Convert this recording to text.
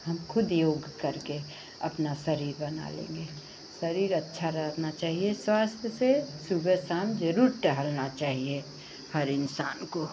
हम ख़ुद योग करके अपना शरीर बना लेंगे शरीर अच्छा रखना चाहिए स्वास्थ्य से सुबह शाम ज़रूर टहलना चाहिए हर इंसान को